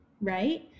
right